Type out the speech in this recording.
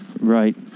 Right